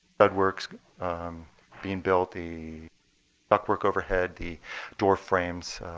but works being built, the ductwork overhead, the door frames,